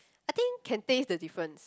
I think can taste the difference